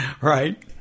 Right